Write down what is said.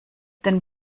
den